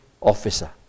officer